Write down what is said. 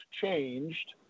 changed